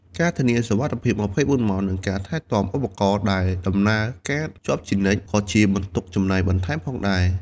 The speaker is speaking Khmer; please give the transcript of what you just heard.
ការធានាសុវត្ថិភាព ២៤ ម៉ោង និងការថែទាំឧបករណ៍ដែលដំណើរការជាប់ជានិច្ច ក៏ជាបន្ទុកចំណាយបន្ថែមផងដែរ។